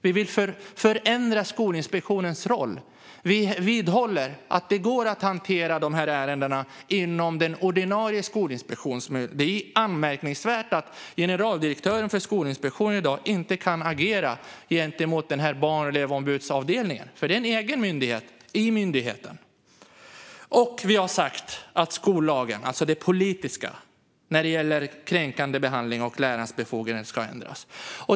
Vi vill förändra Skolinspektionens roll. Vi vidhåller att det går att hantera dessa ärenden inom den ordinarie Skolinspektionen. Det är anmärkningsvärt att generaldirektören för Skolinspektionen i dag inte kan agera gentemot barn och elevombudsavdelningen. Den är en egen myndighet i myndigheten. Vi har sagt att skollagen, alltså det politiska när det gäller kränkande behandling och lärarnas befogenheter, ska ändras.